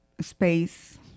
space